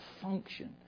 function